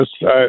Yes